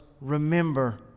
remember